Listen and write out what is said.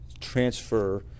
transfer